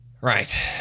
Right